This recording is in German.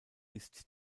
ist